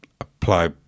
Apply